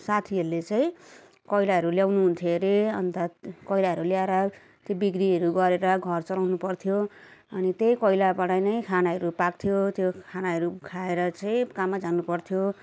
साथीहरूले चाहिँ कोइलाहरू ल्याउनुहुन्थ्यो अरे अन्त कोइलाहरू ल्याएर ती बिक्रीहरू गरेर घर चलाउनु पर्थ्यो अनि त्यही कोइलाबाट नै खानाहरू पाक्थ्यो त्यो खानाहरू खाएर चाहिँ काममा जानुपर्थ्यो